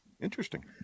Interesting